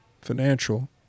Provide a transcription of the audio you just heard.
financial